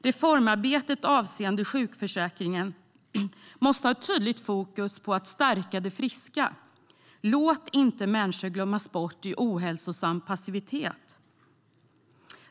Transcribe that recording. Reformarbetet avseende sjukförsäkringen måste ha ett tydligt fokus på att stärka det friska. Låt inte människor glömmas bort i ohälsosam passivitet!